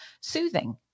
soothing